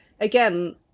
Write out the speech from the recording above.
again